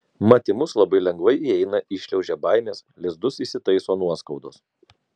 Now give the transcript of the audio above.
mat į mus labai lengvai įeina įšliaužia baimės lizdus įsitaiso nuoskaudos